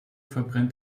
verbrennt